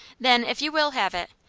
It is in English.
then if you will have it,